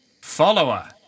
follower